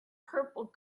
purple